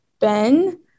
Ben